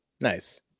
Nice